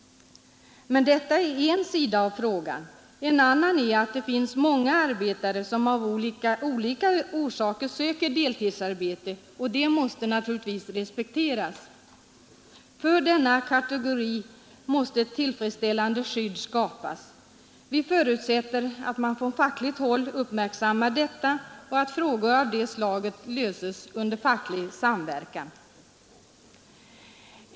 Men detta är en sida av frågan. En annan är att det finns många arbetare som av olika orsaker söker deltidsarbete, och det måste naturligtvis respekteras. För denna kategori måste ett tillfredsställande skydd skapas. Vi förutsätter att man från fackligt håll uppmärksammar detta och att frågor av det slaget löses under facklig samverkan.